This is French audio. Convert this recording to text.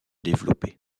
développer